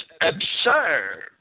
absurd